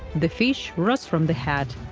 the fish rots from the head.